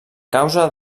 causa